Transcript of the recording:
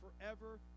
forever